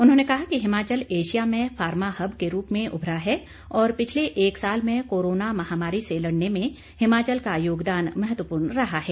उन्होंने कहा कि हिमाचल एशिया में फार्मा हब के रूप में उभरा है और पिछले एक साल में कोरोना महामारी से लड़ने में हिमाचल का योगदान महत्वपूर्ण रहा है